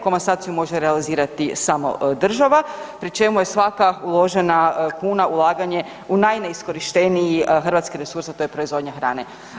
Komasaciju može realizirati samo država pri čemu je svaka uložena kuna ulaganje u najneiskorišteniji hrvatski resurs, a to je proizvodnja hrane.